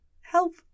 help